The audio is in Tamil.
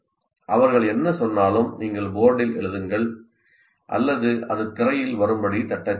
அவர்கள் என்ன சொன்னாலும் நீங்கள் போர்டில் எழுதுங்கள் அல்லது அது திரையில் வரும்படி தட்டச்சு செய்யுங்கள்